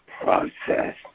process